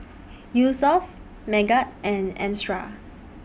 Yusuf Megat and Amsyar